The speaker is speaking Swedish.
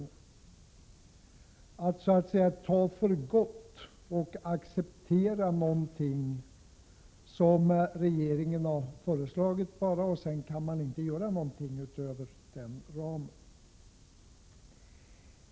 Det är passivt att bara ta för gott och acceptera någonting som regeringen har föreslagit och anse att man inte kan göra någonting utöver den ramen.